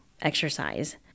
exercise